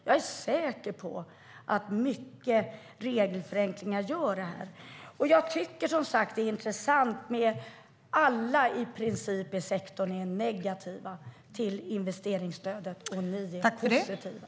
Jag är säker på att mycket av regelförenklingar gör detta, och jag tycker som sagt att det är intressant att i princip alla i sektorn är negativa till investeringsstödet och ni är positiva.